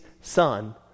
son